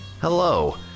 Hello